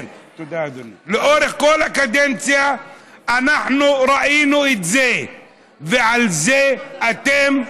לאורך כל הקדנציה אנחנו ראינו את זה, ועל זה אתם,